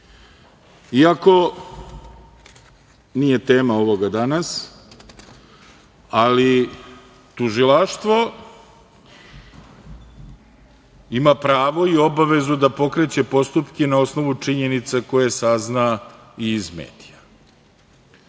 nije tema ovoga danas, ali tužilaštvo ima pravo i obavezu da pokreće postupke na osnovu činjenica koje sazna i iz medija.